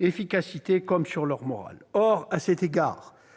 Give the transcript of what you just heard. efficacité comme sur leur moral. Or, à cet égard,